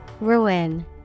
Ruin